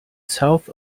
south